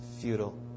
futile